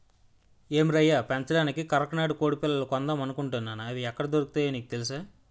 ఏం రయ్యా పెంచడానికి కరకనాడి కొడిపిల్లలు కొందామనుకుంటున్నాను, అయి ఎక్కడ దొరుకుతాయో నీకు తెలుసా?